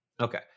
Okay